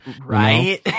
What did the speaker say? Right